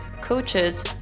coaches